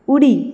उडी